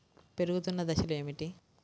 పెరుగుతున్న దశలు ఏమిటి?